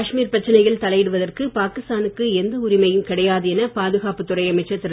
காஷ்மீர் பிரச்சனையில் தலையிடுவதற்கு பாகிஸ்தானுக்கு எந்த உரிமையும் கிடையாது என பாதுகாப்புத் துறை அமைச்சர் திரு